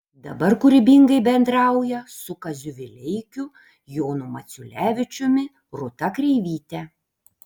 dabar kūrybingai bendrauja su kaziu vileikiu jonu maciulevičiumi rūta kreivyte